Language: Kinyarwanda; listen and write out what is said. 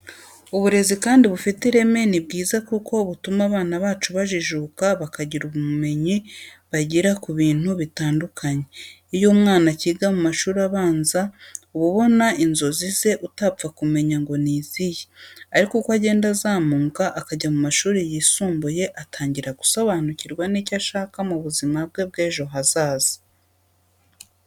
Uburezi kandi bufite ireme ni bwiza kuko butuma abana bacu bajijuka bakagira ubumenyi bagira ku bintu bitandukanye. Iyo umwana akiga mu mashuri abanza uba ubona inzozi ze utapfa kumenya ngo ni izihe. Ariko uko agenda azamuka akajya mu mashuri yisumbuye, atangira gusobanukirwa n'icyo ashaka mu buzima bwe bw'ejo hazaza.